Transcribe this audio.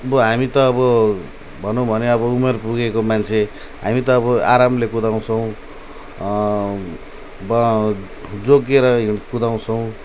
अब हामी त अब भनौँ भने अब उमेर पुगेको मान्छे हामी त अब आरामले कुदाउँछौँ अब जोगिएर हिँड् कुदाउँछौँ